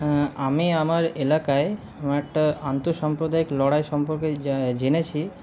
আমি আমার এলাকায় আমার একটা আন্ত সাম্প্রদায়িক লড়াই সম্পর্কে জেনেছি